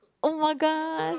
oh-my-god